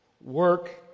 work